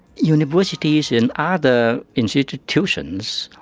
universities yeah and ah other institutions,